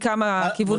מכמה כיוונים.